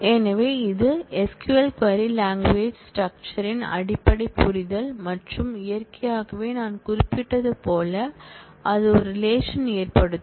எனவே இது SQL query language structure ன் அடிப்படை புரிதல் மற்றும் இயற்கையாகவே நான் குறிப்பிட்டது போல் அது ஒரு ரிலேஷன் ஏற்படுத்தும்